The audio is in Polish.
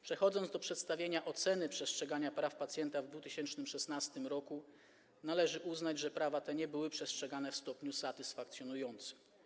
Przechodząc do przedstawienia oceny przestrzegania praw pacjenta w 2016 r., należy uznać, że prawa te nie były przestrzegane w stopniu satysfakcjonującym.